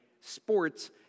sports